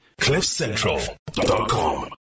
Cliffcentral.com